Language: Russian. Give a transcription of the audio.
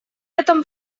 этом